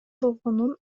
болгонун